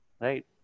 right